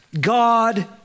God